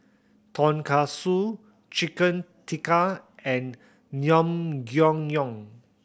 Tonkatsu Chicken Tikka and Naengmyeon